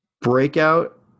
Breakout